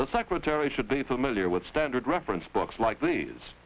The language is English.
the secretary should be familiar with standard reference books like